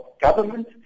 government